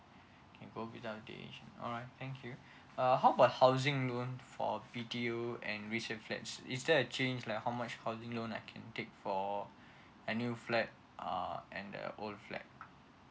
okay go without the agent alright thank you uh how about housing loan for BTO and resale flats is there a change like how much housing loan I can take for a new flat uh and uh old flat